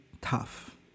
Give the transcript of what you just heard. tough